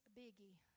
biggie